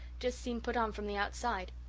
just seem put on from the outside.